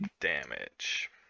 damage